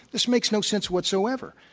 this makes no sense whatsoever.